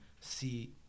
see